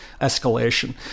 escalation